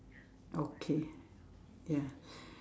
okay ya